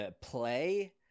play